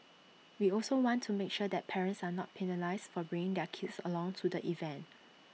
we also want to make sure that parents are not penalised for bringing their kids along to the event